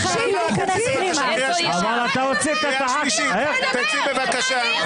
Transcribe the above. סבורים שההצעה הזאת היא בגדר לשפוך את התינוק עם